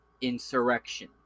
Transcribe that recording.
insurrection